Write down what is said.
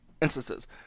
instances